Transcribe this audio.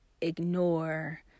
ignore